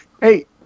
Hey